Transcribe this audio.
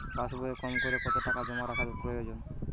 পাশবইয়ে কমকরে কত টাকা জমা রাখা প্রয়োজন?